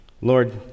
Lord